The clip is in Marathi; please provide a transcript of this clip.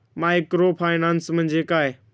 मायक्रोफायनान्स म्हणजे काय?